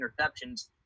interceptions